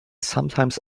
sometimes